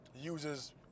uses